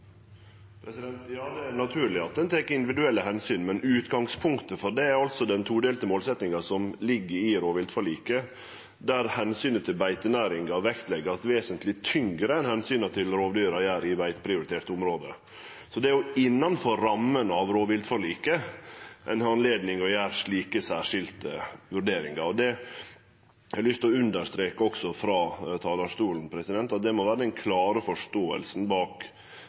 Det er naturleg at ein tek individuelle omsyn, men utgangspunktet for det er den todelte målsetjinga som ligg i rovviltforliket, der omsynet til beitenæringa vert lagt vesentleg tyngre vekt på enn det omsynet til rovdyra vert i beiteprioriterte område. Det er innanfor ramma av rovviltforliket ein har anledning til å gjere slike særskilde vurderingar. Det har eg lyst til å understreke også frå talarstolen, at det må vere den klare forståinga bak